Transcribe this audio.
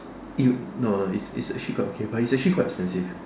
you no no it's it's actually quite okay but it's actually quite expensive